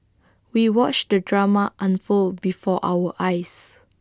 we watched the drama unfold before our eyes